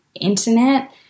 internet